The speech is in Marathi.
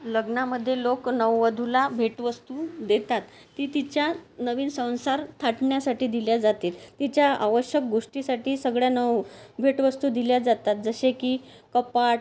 लग्नामध्ये लोक नववधूला भेटवस्तु देतात ती तिच्या नवीन संसार थाटण्यासाठी दिल्या जाते तिच्या आवश्यक गोष्टीसाठी सगळ्या नव भेटवस्तु दिल्या जातात जसे की कपाट